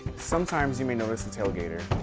sometimes you may notice a tailgater.